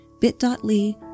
Bit.ly